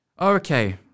Okay